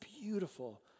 beautiful